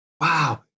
Wow